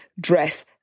dress